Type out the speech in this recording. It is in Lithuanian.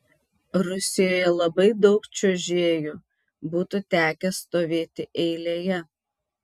rusijoje labai daug čiuožėjų būtų tekę stovėti eilėje